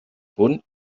punt